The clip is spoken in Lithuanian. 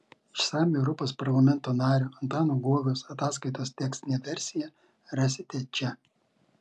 išsamią europos parlamento nario antano guogos ataskaitos tekstinę versiją rasite čia